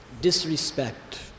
disrespect